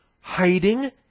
hiding